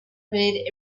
prepared